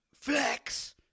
flex